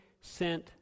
sent